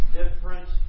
different